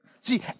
See